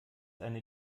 eine